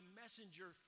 messenger